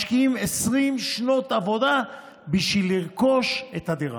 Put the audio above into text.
משקיעים 20 שנות עבודה בשביל לרכוש את הדירה.